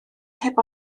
heb